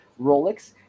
Rolex